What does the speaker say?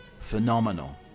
phenomenal